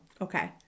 Okay